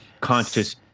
conscious